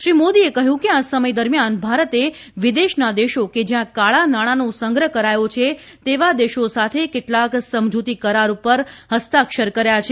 શ્રી મોદીએ કહ્યું કે આ સમય દરમિયાન ભારતે વિદેશના દેશો કે જ્યાં કાળાનાણાંનો સંગ્રહ કરાયો છે તેવા દેશો સાથે કેટલાક સમજૂતી કરાર પર હસ્તાક્ષર કર્યા છે